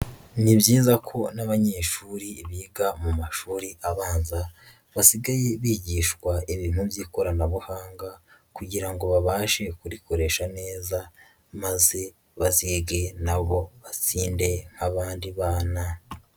Ni byiza ko n'abanyeshuri biga mu mashuri abanza, basigaye bigishwa ibintu by'ikoranabuhanga kugira ngo babashe kurikoresha neza, maze bazige nabo batsinde nk'abandi bana.